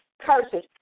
curses